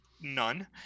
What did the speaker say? None